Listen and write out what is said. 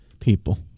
People